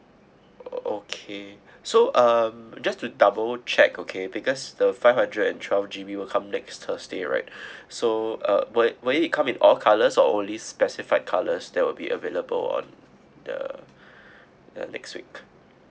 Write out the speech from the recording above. okay so um just to double check okay because the five hundred and twelve G_B will come next thursday right so uh will will it be come in all colors or only specified colours that will be available on the the next week